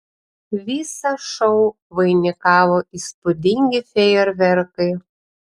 visą šou vainikavo įspūdingi fejerverkai